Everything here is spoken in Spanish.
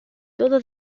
todo